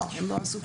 לא, הם לא עשו.